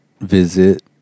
visit